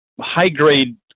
high-grade